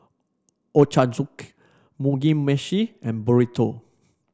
Ochazuke Mugi Meshi and Burrito